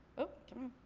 oop come on,